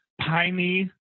piney